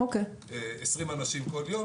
20 אנשים כל יום,